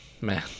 man